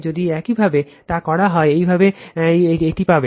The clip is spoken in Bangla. যদি একইভাবে তা করা হয় একইভাবে একইভাবে এটি পাবেন